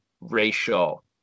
racial